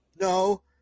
No